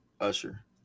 Usher